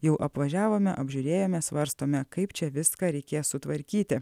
jau apvažiavome apžiūrėjome svarstome kaip čia viską reikės sutvarkyti